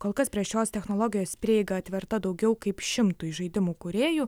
kol kas prie šios technologijos prieiga atverta daugiau kaip šimtui žaidimų kūrėjų